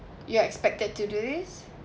you're expected to do this